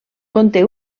conté